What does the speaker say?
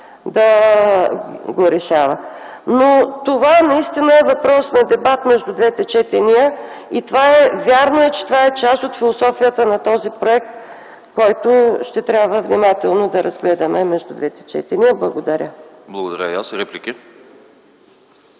право? Това наистина е въпрос на дебат между двете четения. Вярно е, че това е част от философията на този проект, който ще трябва внимателно да разгледаме между двете четения. Благодаря. ПРЕДСЕДАТЕЛ АНАСТАС